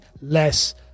less